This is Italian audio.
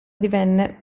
divenne